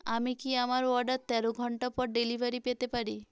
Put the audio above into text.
আমি কি আমাার অর্ডার তেরো ঘন্টা পর ডেলিভারি পেতে পারি